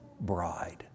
bride